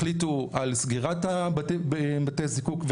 החליטו על סגירת בתי הזיקוק,